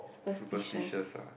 superstitious ah